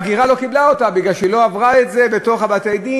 רשות ההגירה לא קיבלה אותה מפני שהיא לא עברה את זה בתוך בתי-הדין,